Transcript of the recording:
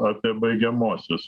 apie baigiamuosius